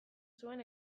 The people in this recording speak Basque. zuen